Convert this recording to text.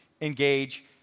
engage